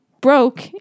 broke